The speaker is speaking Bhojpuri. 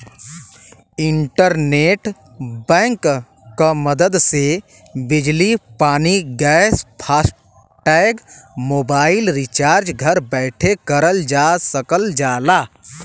इंटरनेट बैंक क मदद से बिजली पानी गैस फास्टैग मोबाइल रिचार्ज घर बैठे करल जा सकल जाला